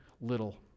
little